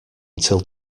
until